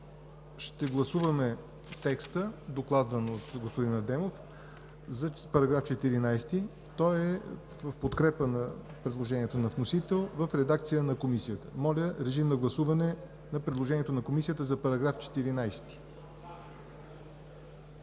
ще гласуваме текста, докладван от господин Адемов, за § 14 – той е в подкрепа текста на вносителя в редакция на Комисията. Моля, режим на гласуване на предложението на Комисията за § 14.